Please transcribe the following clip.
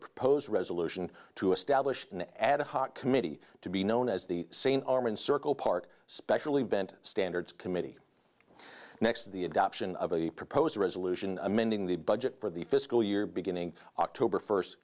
proposed resolution to establish an ad hoc committee to be known as the same arm and circle park special event standards committee next to the adoption of a proposed resolution amending the budget for the fiscal year beginning october first